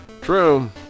True